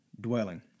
dwelling